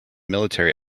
military